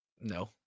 No